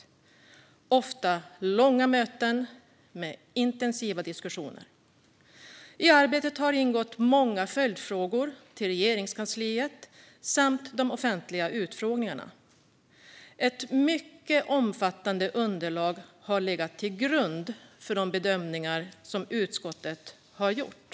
Det har ofta varit långa möten med intensiva diskussioner. I arbetet har ingått många följdfrågor till Regeringskansliet samt de offentliga utfrågningarna. Ett mycket omfattande underlag har legat till grund för de bedömningar som utskottet har gjort.